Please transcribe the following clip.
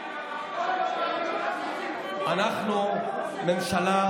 אנחנו ממשלה,